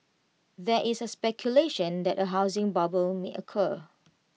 there is A speculation that A housing bubble may occur